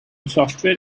software